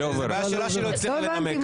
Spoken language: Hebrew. זו בעיה שלה שהיא לא הצליחה לנמק.